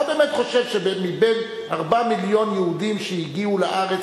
אתה באמת חושב שמבין 4 מיליוני יהודים שהגיעו לארץ